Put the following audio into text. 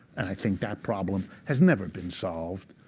and i think that problem has never been solved,